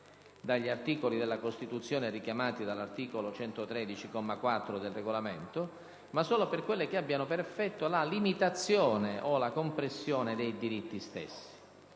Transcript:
dagli articoli della Costituzione richiamati dall'articolo 113, comma 4, del Regolamento, ma solo per quelle che abbiano per effetto la limitazione o la compressione dei diritti stessi.